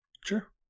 Sure